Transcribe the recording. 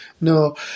No